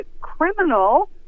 criminal